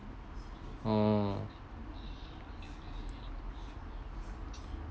oh